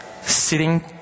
sitting